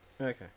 Okay